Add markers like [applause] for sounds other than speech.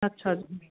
ਅੱਛਾ [unintelligible]